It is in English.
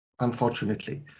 unfortunately